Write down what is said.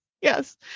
Yes